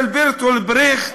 של ברטולד ברכט,